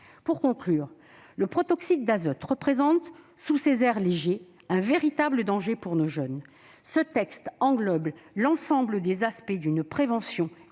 souligne que le protoxyde d'azote représente, sous des airs légers, un véritable danger pour nos jeunes. Ce texte englobe l'ensemble des aspects d'une prévention efficiente